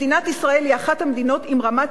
מדינת ישראל היא אחת המדינות עם רמת